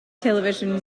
television